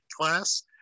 class